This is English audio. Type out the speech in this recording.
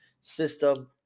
system